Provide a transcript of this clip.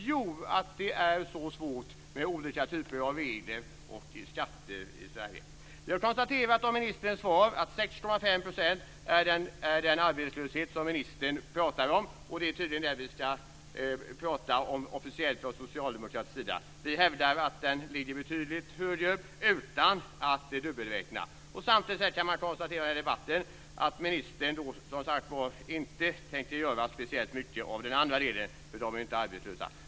Jo, att det är så svårt med olika typer av regler och skatter i Av ministerns svar framgår att 6,5 % är den arbetslöshet som ministern talar om, och det är tydligen den siffra som socialdemokraterna officiellt talar om. Vi hävdar att den ligger betydligt högre, utan att dubbelräkna. Samtidigt kan man i debatten konstatera att ministern inte tänker göra speciellt mycket när det gäller de andra, eftersom de inte anses vara arbetslösa.